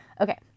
Okay